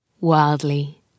Wildly